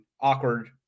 awkward